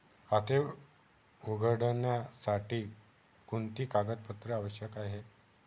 खाते उघडण्यासाठी कोणती कागदपत्रे आवश्यक आहे?